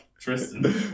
Tristan